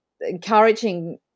encouraging